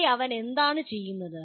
ഇവിടെ അവൻ എന്താണ് ചെയ്യുന്നത്